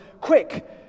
quick